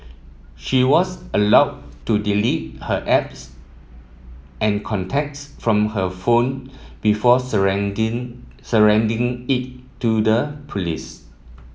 she was allowed to delete her apps and contacts from her phone before surrendering surrendering it to the police